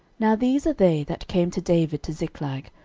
now these are they that came to david to ziklag,